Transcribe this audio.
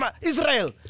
Israel